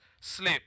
sleep